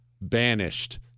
banished